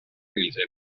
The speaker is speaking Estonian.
erilise